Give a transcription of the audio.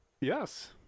Yes